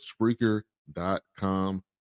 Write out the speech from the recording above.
Spreaker.com